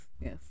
Yes